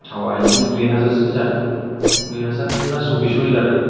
थावा बिदिनो दुइ हाजार सोनि जादों दुइ हाजार ना चब्बिस स'नि जादों